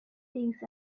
things